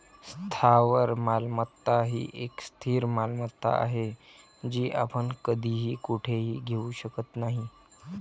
स्थावर मालमत्ता ही एक स्थिर मालमत्ता आहे, जी आपण कधीही कुठेही घेऊ शकत नाही